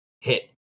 hit